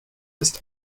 ist